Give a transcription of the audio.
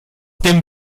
dem